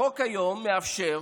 החוק היום מאפשר